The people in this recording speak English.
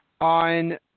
On